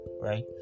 right